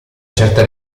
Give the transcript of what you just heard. certa